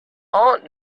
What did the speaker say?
aunt